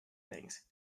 things